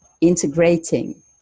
integrating